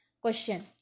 Question